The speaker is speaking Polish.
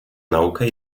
naukę